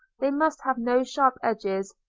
they must have no sharp edges.